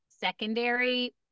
secondary